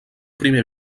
primer